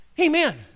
amen